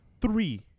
three